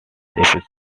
episode